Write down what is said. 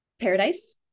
Paradise